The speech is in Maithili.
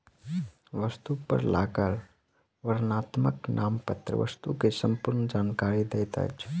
वस्तु पर लागल वर्णनात्मक नामपत्र वस्तु के संपूर्ण जानकारी दैत अछि